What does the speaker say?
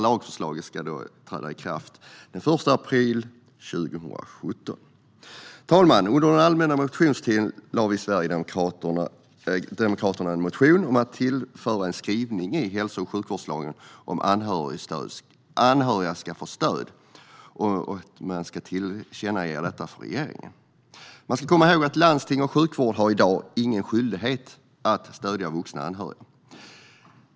Lagen ska träda i kraft den 1 april 2017. Herr talman! Under den allmänna motionstiden väckte Sverigedemokraterna en motion om att tillföra en skrivning i hälso och sjukvårdslagen om att anhöriga ska få stöd och att detta skulle tillkännages regeringen. Man ska komma ihåg att landstingen och sjukvården i dag inte har någon skyldighet att stödja vuxna anhöriga.